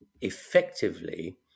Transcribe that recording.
effectively